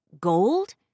gold